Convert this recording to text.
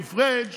כי פריג',